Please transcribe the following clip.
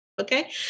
Okay